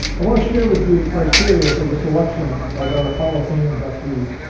i want to share with you the criteria for the selection of our hall of fame inductees.